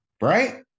right